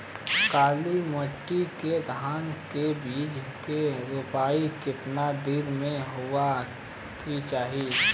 काली मिट्टी के धान के बिज के रूपाई कितना दिन मे होवे के चाही?